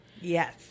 Yes